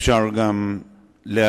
אפשר גם להעיר,